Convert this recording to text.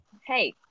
Hey